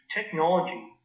technology